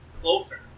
closer